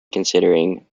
considering